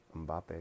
Mbappe